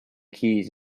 keys